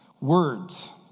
words